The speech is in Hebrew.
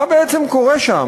מה בעצם קורה שם?